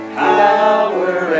power